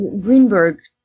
Greenberg